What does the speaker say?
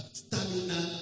stamina